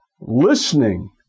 listening